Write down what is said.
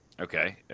Okay